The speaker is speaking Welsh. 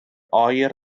oer